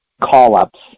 call-ups